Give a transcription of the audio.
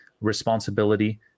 responsibility